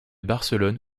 barcelone